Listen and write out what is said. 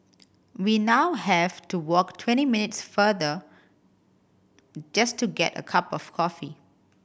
we now have to walk twenty minutes farther just to get a cup of coffee